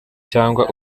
cyangwa